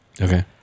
Okay